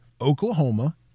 Oklahoma